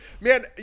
Man